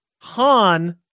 Han